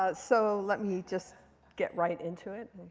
ah so let me just get right into it.